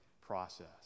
process